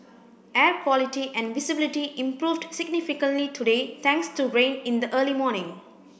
air quality and visibility improved significantly today thanks to rain in the early morning